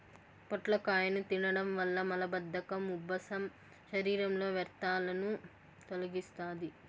పొట్లకాయను తినడం వల్ల మలబద్ధకం, ఉబ్బసం, శరీరంలో వ్యర్థాలను తొలగిస్తాది